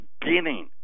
beginning